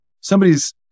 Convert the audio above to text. somebody's